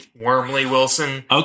Wormley-Wilson